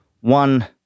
one